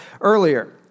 earlier